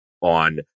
on